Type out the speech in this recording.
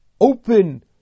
open